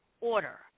order